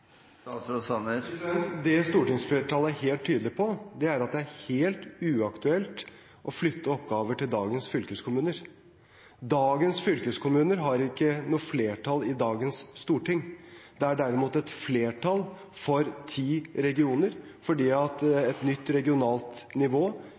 Det stortingsflertallet er helt tydelig på, er at det er helt uaktuelt å flytte oppgaver til dagens fylkeskommuner. Dagens fylkeskommuner har ikke noe flertall i dagens storting. Det er derimot et flertall for ti regioner fordi